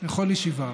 לכל ישיבה,